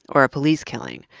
or a police killing,